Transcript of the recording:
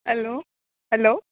hello hello